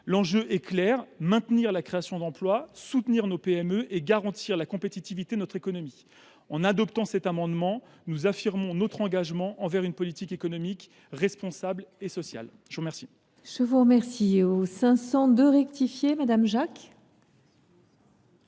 L’enjeu est clair : maintenir les créations d’emplois, soutenir nos PME et garantir la compétitivité de notre économie. En supprimant le présent article, nous affirmons notre engagement envers une politique économique responsable et sociale. La parole